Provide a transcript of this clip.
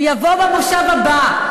הוא יבוא במושב הבא.